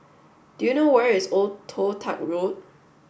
do you know where is Old Toh Tuck Road